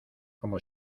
como